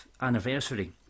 anniversary